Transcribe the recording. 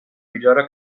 millora